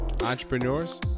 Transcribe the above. entrepreneurs